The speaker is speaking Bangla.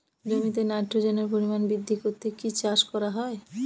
জমিতে নাইট্রোজেনের পরিমাণ বৃদ্ধি করতে কি চাষ করা হয়?